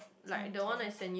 time tab~